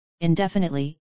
indefinitely